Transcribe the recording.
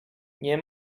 nie